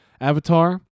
Avatar